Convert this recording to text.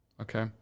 okay